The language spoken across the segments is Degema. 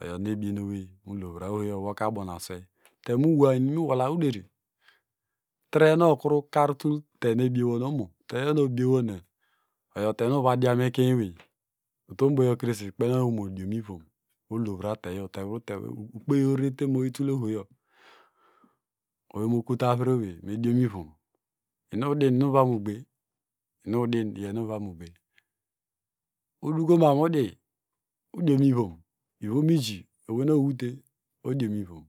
Oyonu ebienowey temuwa inum iwola irenu okru kar tul tenu ebie won omo teyo nuebiewonyo oyo temu uvadian muekeny ewey utom boyokrese ikpenokuru oweymodio mivom mulovra teyo ukpeyo orerete ma- a oyitule ohohio owey mokotu avre owey modiomvom inim nu udim iyonu uvamugbe inudin uvamgbe udokomam udi, udiomvom ivom iji owey nu owute odiomivom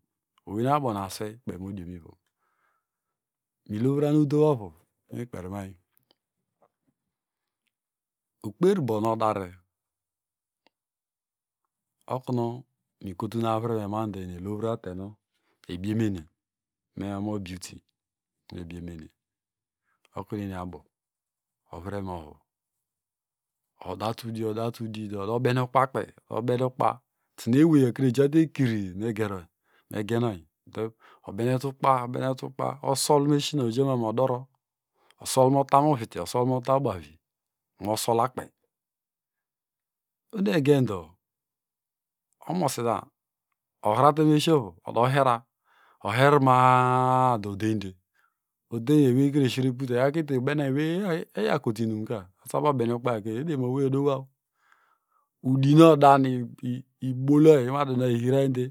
owey miabonaswey kpeny modiomivom milovran udow ovu miltpermang ukperubo nodara okunu mikotun avreme mando eni elovra tenu ebiemenio me omo beauty okunueniabo ovreme ovu odatu udi odatu di odobene ukpakpey mobene ukpa tunu eweyokire ejate kiri megenoy obenetukpa obentukpa osolmeshina ojama odoro osolmotanu ubavi, osolmotanu uviti mosola kpey ohonegendo omosina ohratemeshiovu odoheraw there ma- a dọ odeynde odenyo ewekre eshrete pute eyakwe ubene eweyo eyakotuirumka asabomobene ukpayo kpey ederimamu oweyo odowaw udinodanyo iboloyi inwachino ihi hrainde.